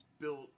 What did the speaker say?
built